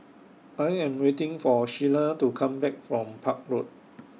I Am waiting For Sheila to Come Back from Park Road